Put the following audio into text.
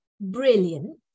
brilliant